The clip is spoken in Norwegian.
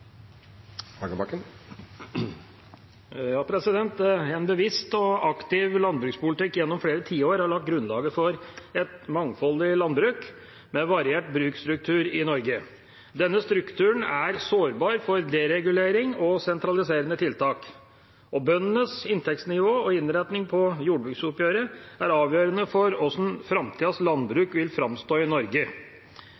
En bevisst og aktiv landbrukspolitikk gjennom flere tiår har lagt grunnlaget for et mangfoldig landbruk med variert bruksstruktur i Norge. Denne strukturen er sårbar for deregulering og sentraliserende tiltak. Bøndenes inntektsnivå og innretningen på jordbruksoppgjøret er avgjørende for